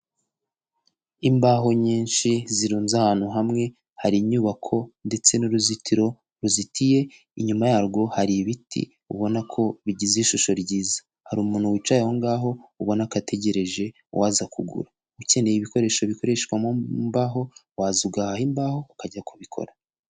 Imbaho nyinshi zirunze ahantu hamwe, hari inyubako ndetse n'uruzitiro ruzitiye, inyuma yarwo hari ibiti ubona ko bigize ishusho ryiza. Hari umuntu wicaye aho ngaho ubona ko ategereje uwaza kugura. Ukeneye ibikoresho bikoreshwa mu mbaho waza ugahaha imbaho ukajya kubikora.